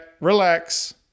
relax